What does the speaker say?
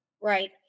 Right